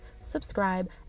subscribe